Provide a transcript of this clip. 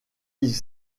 ils